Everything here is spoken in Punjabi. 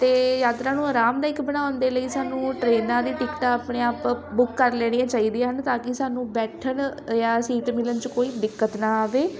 ਅਤੇ ਯਾਤਰਾ ਨੂੰ ਆਰਾਮਦਾਇਕ ਬਣਾਉਣ ਦੇ ਲਈ ਸਾਨੂੰ ਟ੍ਰੇਨਾਂ ਦੀ ਟਿਕਟਾਂ ਆਪਣੇ ਆਪ ਬੁੱਕ ਕਰ ਲੈਣੀਆਂ ਚਾਹੀਦੀਆਂ ਹਨ ਤਾਂ ਕਿ ਸਾਨੂੰ ਬੈਠਣ ਜਾਂ ਸੀਟ ਮਿਲਣ 'ਚ ਕੋਈ ਦਿੱਕਤ ਨਾ ਆਵੇ